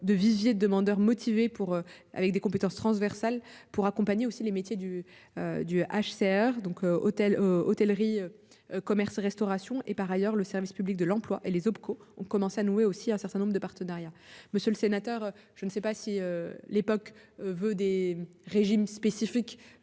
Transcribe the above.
de viviers de demandeurs motivé pour avec des compétences transversales pour accompagner aussi les métiers du. Du HCR donc hôtel hôtellerie. Commerce restauration et par ailleurs, le service public de l'emploi et les Opco ont commencé à nouer aussi un certain nombre de partenariats. Monsieur le sénateur, je ne sais pas si l'époque veut des régimes spécifiques.